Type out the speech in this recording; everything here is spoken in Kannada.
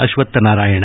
ಅಶ್ವತ್ಥನಾರಾಯಣ